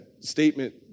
statement